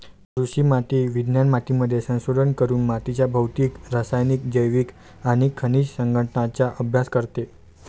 कृषी माती विज्ञान मातीमध्ये संशोधन करून मातीच्या भौतिक, रासायनिक, जैविक आणि खनिज संघटनाचा अभ्यास करते